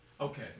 okay